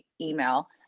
email